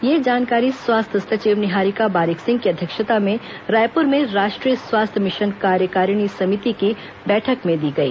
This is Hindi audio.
यह जानकारी स्वास्थ्य सचिव निहारिका बारिक सिंह की अध्यक्षता में रायपुर में राष्ट्रीय स्वास्थ्य मिशन कार्यकारिणी समिति की बैठक में दी गई